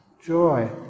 joy